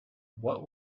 what